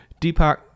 Deepak